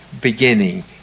beginning